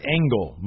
Angle